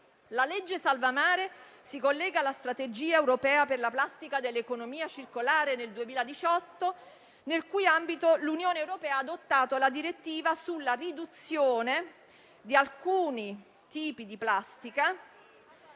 La legge salva mare si collega alla strategia europea per la plastica nell'economia circolare del 2018, nel cui ambito l'Unione europea ha adottato la direttiva sulla riduzione dell'incidenza di